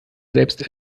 selbst